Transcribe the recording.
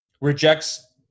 rejects